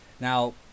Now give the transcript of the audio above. Now